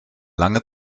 lange